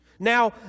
Now